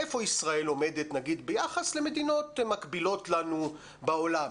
איפה ישראל עומדת נגיד ביחס למדינות מקבילות לנו בעולם,